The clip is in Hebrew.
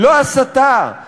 לא הסתה,